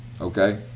Okay